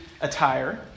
attire